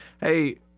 Hey